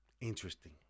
interesting